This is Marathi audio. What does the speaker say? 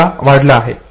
आता वाढला आहे